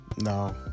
No